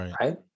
right